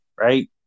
right